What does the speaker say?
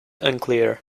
unclear